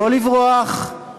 לא לברוח,